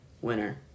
winner